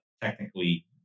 technically